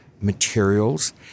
materials